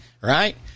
Right